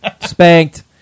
Spanked